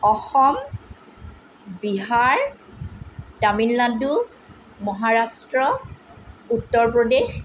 Assam Bihar Tamil Nadu Maharashtra Uttar Pradesh